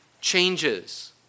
changes